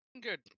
Good